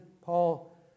paul